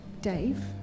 Dave